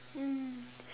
mm